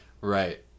Right